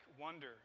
wonder